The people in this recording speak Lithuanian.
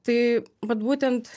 tai vat būtent